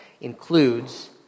includes